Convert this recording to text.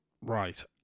right